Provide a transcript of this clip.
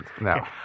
No